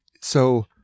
so-